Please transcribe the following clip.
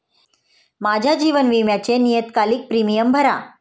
माझ्या जीवन विम्याचे नियतकालिक प्रीमियम भरा